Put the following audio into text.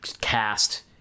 cast